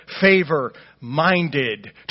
favor-minded